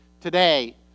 Today